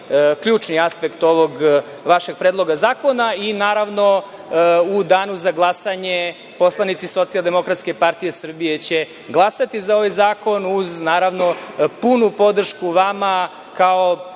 ključni aspekt ovog vašeg predloga zakona. Naravno, u danu za glasanje poslanici Socijaldemokratske partije Srbije će glasati za ovaj zakon, uz naravno punu podršku vama kao,